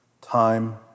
Time